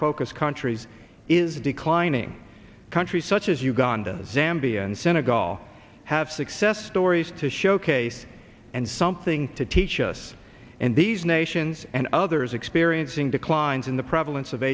focus countries is declining countries such as uganda zambia and senegal have success stories to showcase and something to teach us and these nations and others experiencing declines in the prevalence of